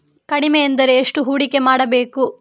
ಕಡಿಮೆ ಎಂದರೆ ಎಷ್ಟು ಹೂಡಿಕೆ ಮಾಡಬೇಕು?